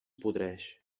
podreix